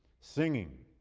singing,